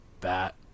bat